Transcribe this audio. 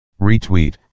retweet